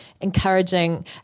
encouraging